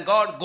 God